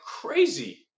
crazy